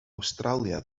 awstralia